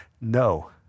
no